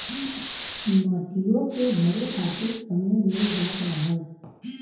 मटियो के भरे खातिर समय मिल जात रहल